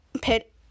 pit